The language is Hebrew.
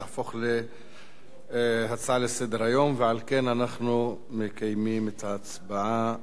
להפוך להצעה לסדר-היום ועל כן מקיימים את ההצבעה.